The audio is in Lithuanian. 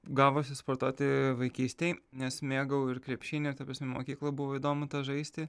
gavosi sportuoti vaikystėj nes mėgau ir krepšinį ir ta prasme mokykloj buvo įdomu tą žaisti